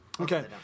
Okay